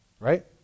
Right